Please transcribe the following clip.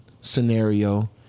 scenario